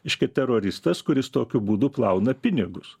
reiškia teroristas kuris tokiu būdu plauna pinigus